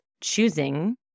choosing